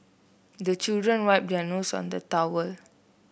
the children wipe their nose on the towel